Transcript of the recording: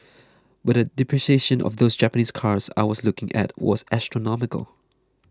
but the depreciation of those Japanese cars I was looking at was astronomical